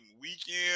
weekend